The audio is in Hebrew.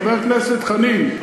חבר כנסת חנין,